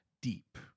deep